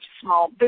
Small